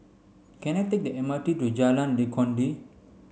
can I take the M R T to Jalan Legundi